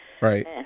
Right